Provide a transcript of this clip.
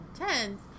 intense